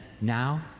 now